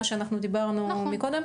מה שדיברנו עליו מקודם?